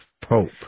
Pope